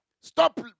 Stop